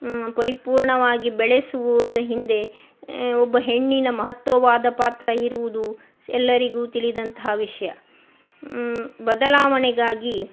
ಪರಿಪೂರ್ಣವಾಗಿ ಬೆಳೆಸುವುದರ ಹಿಂದೆ ಒಬ್ಬ ಹೆಣ್ಣಿನ ಮಹತ್ವವಾದ ಪಾತ್ರ ಇರುವುದು ಸ್ ಎಲ್ಲರಿಗು ತಿಳಿದಂತಹ ವಿಷಯ ಬದಲಾವಣೆಗಾಗಿ